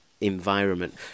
environment